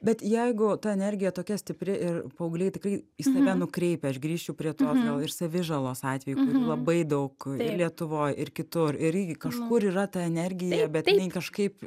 bet jeigu ta energija tokia stipri ir paaugliai tikrai į save nukreipia aš grįšiu prie to gal ir savižalos atvejų kur labai daug ir lietuvoj ir kitur ir irgi kažkur yra ta energija bet jinai kažkaip